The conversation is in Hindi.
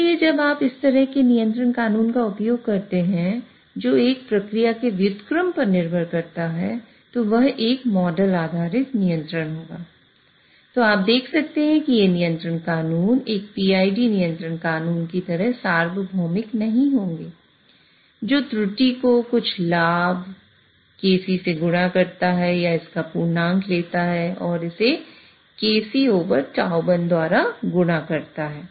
इसलिए जब आप इस तरह के नियंत्रण कानून Kc से गुणा करता है या इसका पूर्णांक लेता है और इसे KcτI द्वारा गुणा करता है